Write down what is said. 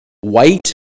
white